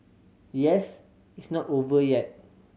yes it's not over yet